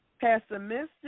pessimistic